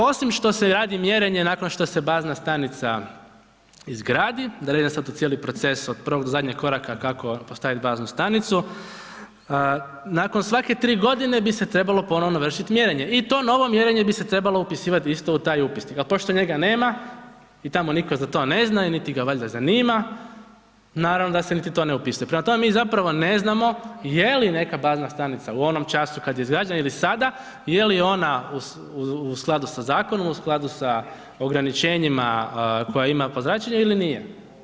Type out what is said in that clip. Osim što se radi mjerenje nakon što se bazna stanica izgradi, da ne idem sad u cijeli proces od prvog do zadnjeg koraka kako postaviti baznu stanicu, nakon svake 3 godine bi se trebalo ponovno vršiti mjerenje i to novo mjerenje bi se trebalo upisivati u taj upisnik, ali pošto njega nema i tamo nitko za to ne zna niti ga valjda zanima, naravno da se niti to ne upisuje, prema tome, mi zapravo ne znamo je li neka bazna stanica, u onom času kad je izgrađena ili sada, je li ona u skladu sa zakonom, u skladu sa ograničenjima koje ima po zračenje ili nije.